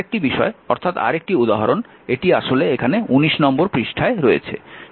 আরেকটি বিষয় অর্থাৎ আরেকটি উদাহরণ এটি আসলে এখানে 19 নম্বর পৃষ্ঠায় রয়েছে